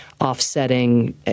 offsetting